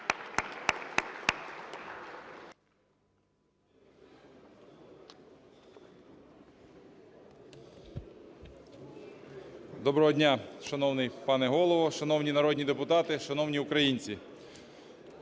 Доброго дня, шановний пане Голово, шановні народні депутати, шановні українці!